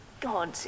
God